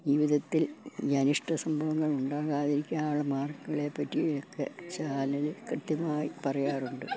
ജീവിതത്തിൽ ഈ അനിഷ്ഠ സംഭവങ്ങളുണ്ടാകാതിരിക്കാനുള്ള മാർഗ്ഗങ്ങളെപ്പറ്റിയൊക്കെ ചാനല് കൃത്യമായി പറയാറുണ്ട്